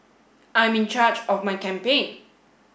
I'm in charge of my campaign